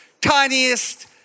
tiniest